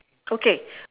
okay